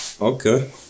Okay